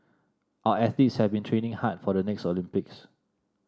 our athletes have been training hard for the next Olympics